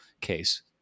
case